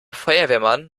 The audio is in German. feuerwehrmann